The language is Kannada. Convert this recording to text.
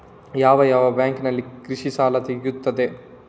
ಯಾವ ಯಾವ ಬ್ಯಾಂಕಿನಲ್ಲಿ ಕೃಷಿ ಸಾಲ ಸಿಗುತ್ತದೆ?